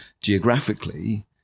geographically